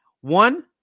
one